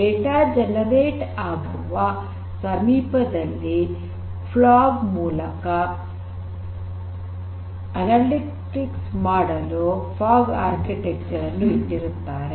data generate ಆಗುವ ಸಮೀಪದಲ್ಲಿ fog ಮೂಲಕ ಅನಾಲಿಟಿಕ್ಸ್ ಮಾಡಲು ಫಾಗ್ ಆರ್ಕಿಟೆಕ್ಚರ್ ಅನ್ನು ಇಟ್ಟಿರುತ್ತಾರೆ